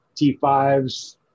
T5s